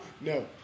No